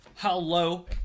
Hello